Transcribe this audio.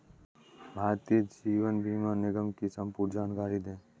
भारतीय जीवन बीमा निगम की संपूर्ण जानकारी दें?